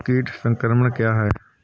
कीट संक्रमण क्या है?